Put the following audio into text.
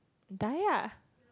die lah